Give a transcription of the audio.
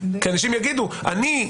כי אנשים יגידו: אני,